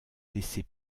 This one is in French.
laisser